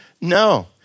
No